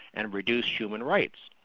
and reduce human rights.